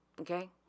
okay